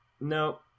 No